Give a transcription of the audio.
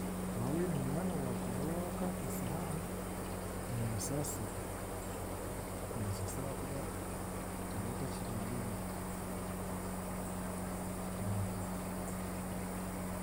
Waaba oine munywani waawe akaija owaawe akaata esihaani, noomusaasira, noomusaasira ahakuba araba atakigyendereire.